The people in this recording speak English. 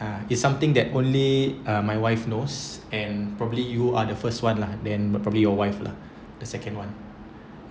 ah it's something that only um my wife knows and probably you are the first one lah then probably your wife lah the second one